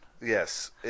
Yes